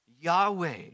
Yahweh